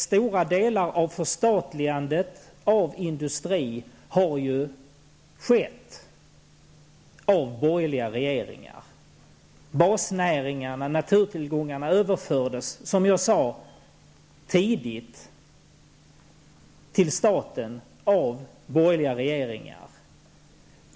Stora delar av industrin har ju förstatligats av borgerliga regeringar. Basnäringarna och naturtillgångarna överfördes, som jag sade, tidigt till staten av borgerliga regeringar.